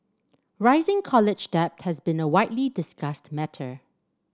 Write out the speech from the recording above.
rising college debt has been a widely discussed matter